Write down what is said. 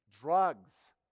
drugs